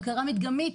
בקרה מדגמית,